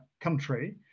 country